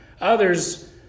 Others